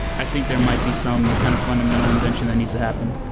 i think there might be some kind of fundamental invention that needs to happen.